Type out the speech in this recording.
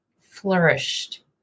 flourished